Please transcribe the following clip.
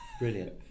brilliant